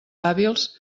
hàbils